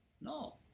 No